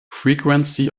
frequency